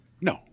No